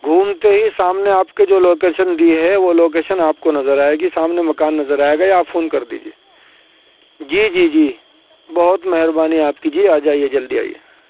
گھومتے ہی سامنے آپ کے جو لوکیشن دی ہے وہ لوکیشن آپ کو نظر آئیگی سامنے مکان نظر آئے گا یا آپ فون کر دیجیے جی جی جی بہت مہربانی آپ کی جی آ جائیے جلدی آئیے